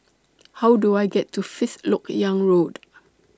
How Do I get to Fifth Lok Yang Road